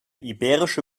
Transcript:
iberische